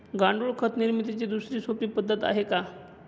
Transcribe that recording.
गांडूळ खत निर्मितीची दुसरी सोपी पद्धत आहे का?